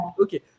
Okay